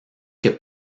que